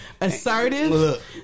assertive